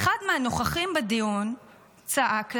ואחד מהנוכחים בדיון צעק לה: